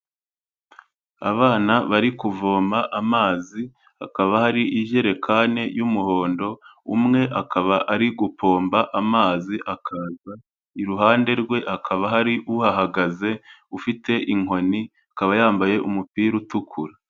Abana bari kuvoma amazi hakaba hari ijerekani y'umuhondo, umwe akaba ari gupomba amazi akaza, iruhande rwe hakaba hari uhahagaze ufite inkoni akaba yambaye umupira utukura.